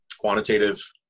quantitative